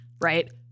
right